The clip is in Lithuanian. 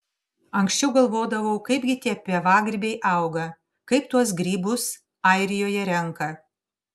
anksčiau galvodavau kaipgi tie pievagrybiai auga kaip tuos grybus airijoje renka